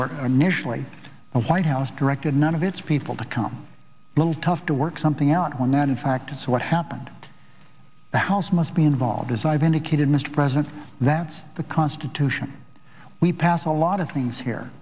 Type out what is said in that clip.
initially a white house directed none of its people to come a little tough to work something out when that in fact is what happened the house must be involved as i've indicated mr president that the constitution we pass a lot of things here